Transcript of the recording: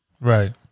right